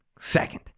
Second